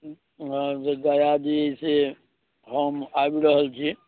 हँ जे गया जी से हम आबि रहल छी